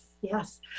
yes